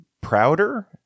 prouder